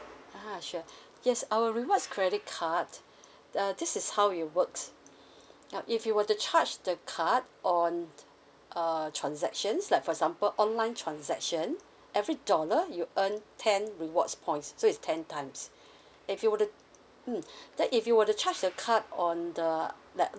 uh sure yes our rewards credit cards uh this is how it works if you were to charge the card on uh transactions like for example online transaction every dollar you earn ten rewards points so is ten times if you were to mm then if you were to charge the card on the like